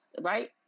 right